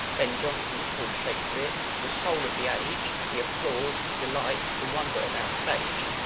ben jonsoncalled shakespeare the soul of the age, the applause, delight, the wonder of our stage,